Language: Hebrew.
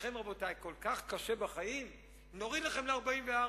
לכם, רבותי, כל כך קשה בחיים, נוריד לכם ל-44%.